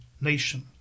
nation